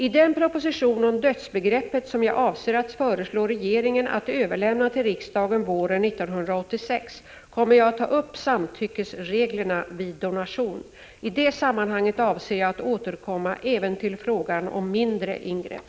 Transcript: I den proposition om dödsbegreppet som jag avser att föreslå regeringen att överlämna till riksdagen våren 1986 kommer jag att ta upp samtyckesreglerna vid donation. I det sammanhanget avser jag att återkomma även till frågan om mindre ingrepp.